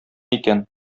икән